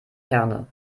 herne